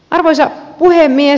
arvoisa puhemies